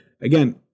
Again